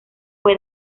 fue